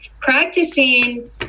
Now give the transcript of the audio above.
practicing